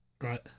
Right